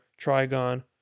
trigon